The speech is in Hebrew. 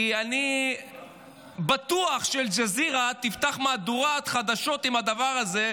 כי אני בטוח שאל-ג'זירה תפתח מהדורת חדשות עם הדבר הזה,